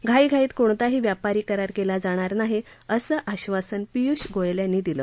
घाईघाईत कोणताही व्यापारी करार केला जाणार नाही असं आश्वासन पियुष गोयल यांनी दिलं